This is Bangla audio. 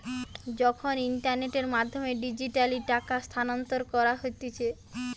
যখন ইন্টারনেটের মাধ্যমে ডিজিটালি টাকা স্থানান্তর করা হতিছে